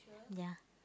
ya